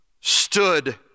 stood